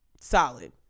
solid